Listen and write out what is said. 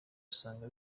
usanga